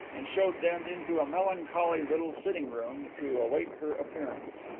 and showed them into a melancholy little sitting-room to await her appearance.